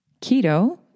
keto